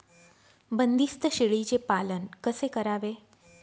बंदिस्त शेळीचे पालन कसे करावे?